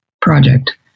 project